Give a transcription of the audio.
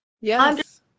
Yes